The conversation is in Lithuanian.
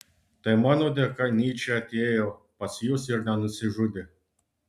tai mano dėka nyčė atėjo pas jus ir nenusižudė